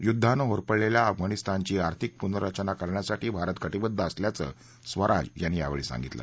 युद्धानं होरपळलेल्या अफगाणिस्तानची आर्थिक पुनरचना करण्यासाठी भारत कटिबद्ध असल्याचं स्वराज यांनी सांगितलं